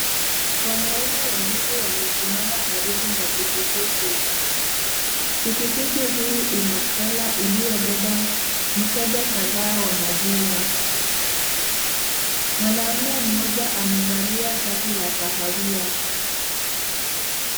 Wanaume wawili wamesimama karibu na pikipiki. Pikipiki hii ina trela iliyobeba mkebe kadhaa wa maziwa. Mwanamme mmoja maevalia shati la kahawia.